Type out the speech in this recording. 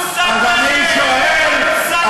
אין מושג כזה.